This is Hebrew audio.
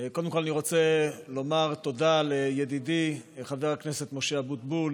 קודם כול אני רוצה לומר תודה לידידי חבר הכנסת משה אבוטבול